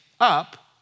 up